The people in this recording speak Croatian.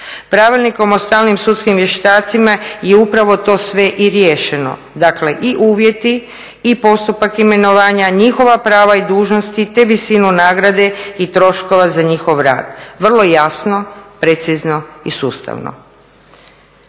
Pravilnikom o stalnim sudskim vještacima je upravo to sve i riješeno, dakle i uvjeti i postupak imenovanja, njihova prava i dužnosti te visinu nagrade i troškova za njihov rad vrlo jasno, precizno i sustavno.